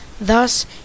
Thus